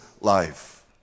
life